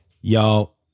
Y'all